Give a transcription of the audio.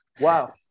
Wow